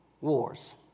wars